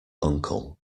uncle